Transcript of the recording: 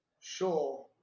Sure